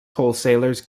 wholesalers